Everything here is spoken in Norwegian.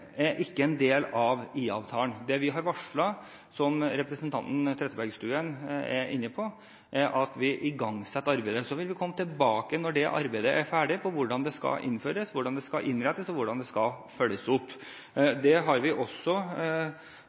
vi har varslet – som representanten Trettebergstuen var inne på – er at vi igangsetter arbeidet. Så vil vi, når det arbeidet er ferdig, komme tilbake til hvordan dette skal innføres, hvordan det skal innrettes, og hvordan det skal følges opp. Det har vi også